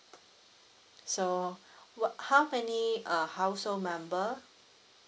so what how many uh household member